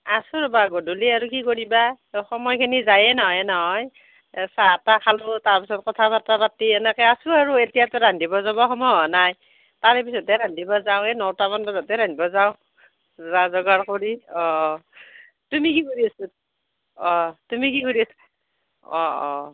আছো ৰ'বা গধূলি আৰু কি কৰিবা সময়খিনি যায়েই নহয় নহয় চাহ তাহ খালোঁ তাৰ পাছত কথা বতৰা পাতি এনেকৈ আছোঁ আৰু এতিয়াতো ৰান্ধিব যাব সময় হোৱা নাই তাৰে পিছতহে ৰান্ধিব যাওঁ এই নটামান বজাতহে ৰান্ধিব যাওঁ যা যোগাৰ কৰি অঁ তুমি কি কৰি আছা অঁ তুমি কি কৰি আছা অঁ অঁ